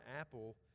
Apple